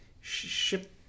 ship